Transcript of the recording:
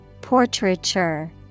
Portraiture